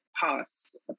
past